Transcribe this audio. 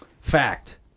Fact